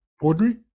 ordinary